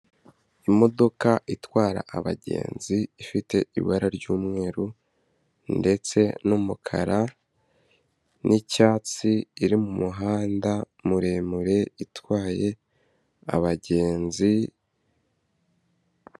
Imodoka itwara abagenzi ifite ibara ry'umweru ndetse n'umukara n'icyatsi, iri mu muhanda muremure itwaye abagenzi.